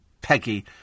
Peggy